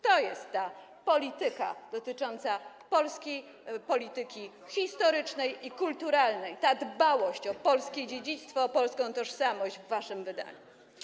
To jest ta polityka dotycząca polskiej polityki historycznej i kulturalnej, ta dbałość o polskie dziedzictwo, o polską tożsamość w waszym wydaniu.